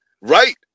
Right